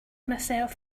myself